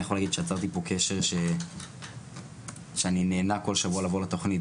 אני יכול להגיד שיצרתי פה קשר שאני נהנה כל שבוע לבוא לתכנית.